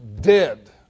dead